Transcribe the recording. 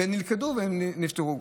נלכדו ונפטרו.